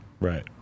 Right